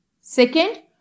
Second